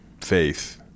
faith